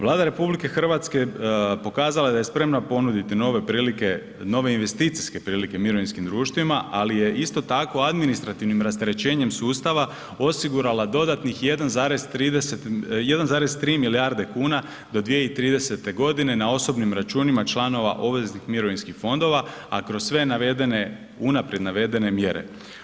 Vlada RH pokazala je da je spremna ponuditi nove prilike, nove investicijske prilike mirovinskim društvima, ali je isto tako administrativnim rasterećenjem sustava osigurala dodatnih 1,3 milijarde kuna do 2030. godine na osobnim računima članova obveznih mirovinskih fondova, a kroz sve navedene, unaprijed navedene mjere.